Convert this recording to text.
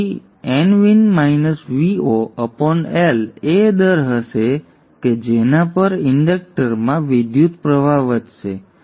તેથી L એ દર હશે કે જેના પર ઇન્ડક્ટરમાં વિદ્યુતપ્રવાહ વધશે